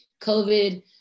COVID